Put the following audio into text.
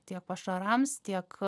tiek pašarams tiek